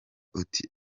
uti